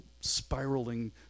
spiraling